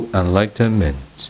enlightenment